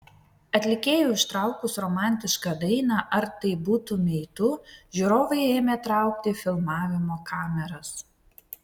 atlikėjui užtraukus romantišką dainą ar tai būtumei tu žiūrovai ėmė traukti filmavimo kameras